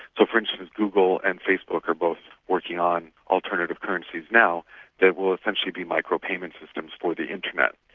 so for instance google and facebook are both working on alternative currencies now that will essentially be micro-payment systems for the internet,